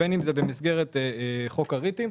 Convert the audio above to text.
בין במסגרת חוק הריטים.